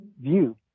view